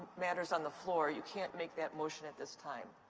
matters on the floor. you can't make that motion at this time.